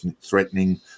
threatening